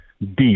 deep